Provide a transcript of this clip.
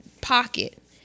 pocket